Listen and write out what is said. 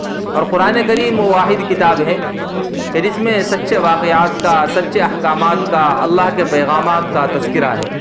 اور قرآن کریم وہ واحد کتاب ہے کہ جس میں سچے واقعات کا سچے احکامات کا اللہ کے پیغامات کا تذکرہ ہے